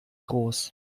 groß